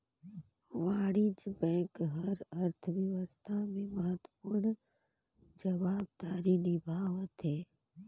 वाणिज्य बेंक हर अर्थबेवस्था में महत्वपूर्न जवाबदारी निभावथें